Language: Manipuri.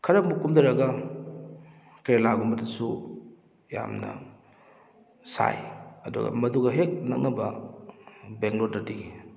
ꯈꯔ ꯑꯃꯨꯛ ꯀꯨꯝꯊꯔꯒ ꯀꯦꯔꯂꯥꯒꯨꯝꯕꯗꯁꯨ ꯌꯥꯝꯅ ꯁꯥꯏ ꯑꯗꯨꯒ ꯃꯗꯨꯒ ꯍꯦꯛ ꯅꯛꯅꯕ ꯕꯦꯡꯒꯂꯣꯔꯗꯗꯤ